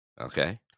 Okay